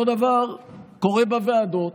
אותו הדבר קורה בוועדות,